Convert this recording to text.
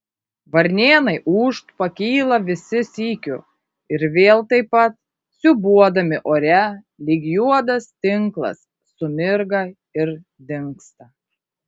varnėnai ūžt pakyla visi sykiu ir vėl taip pat siūbuodami ore lyg juodas tinklas sumirga ir dingsta